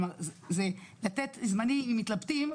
כלומר זה לתת זמני אם מתלבטים,